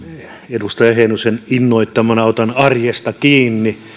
edustaja heinosen innoittamana otan arjesta kiinni